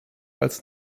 als